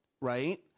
Right